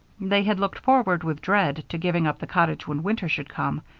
they had looked forward with dread to giving up the cottage when winter should come,